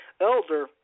elder